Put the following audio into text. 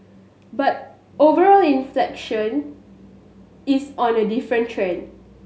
but overall inflation is on a different trend